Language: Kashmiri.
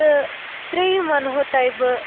تہٕ ترٛیٚیم وَنہو تۄیہِ بہٕ